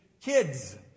kids